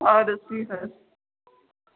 اَدٕ حظ ٹھیٖک حظ